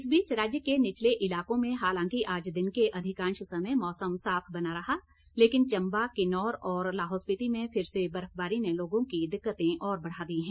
इस बीच राज्य के निचले इलाकों में हालांकि आज दिन के अधिकांश समय मौसम साफ बना रहा लेकिन चम्बा किन्नौर और लाहौल स्पीति में फिर से बर्फबारी ने लोगों की दिक्कतें और बढ़ा दी हैं